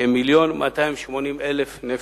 כמיליון ו-280,000 נפש.